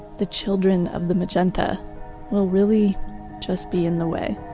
the children of the magenta will really just be in the way